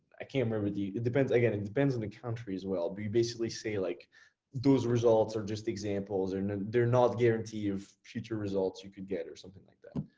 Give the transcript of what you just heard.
i can't remember the, it depends, again, it depends on the country as well. but you basically see, like those results are just examples, and they're not a guarantee of future results you could get or something like that.